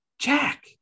Jack